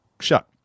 shut